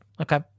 okay